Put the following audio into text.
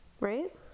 Right